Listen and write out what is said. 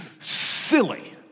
silly